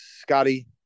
scotty